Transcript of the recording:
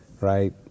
right